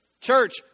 Church